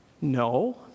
No